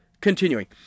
Continuing